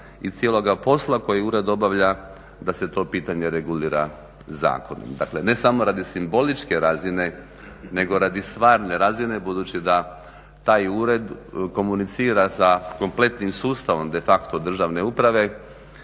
i cijeloga posla koji ured obavlja, da se to pitanje regulira zakonom. Dakle ne samo radi simboličke razine nego radi stvarne razine budući da taj ured komunicira sa kompletnim sustavom de facto državne uprave,